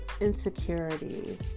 insecurity